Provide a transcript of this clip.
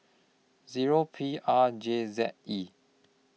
Zero P R J Z E